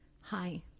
hi